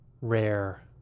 rare